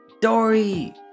Dory